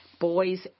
Boys